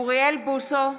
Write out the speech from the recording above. אוריאל בוסו,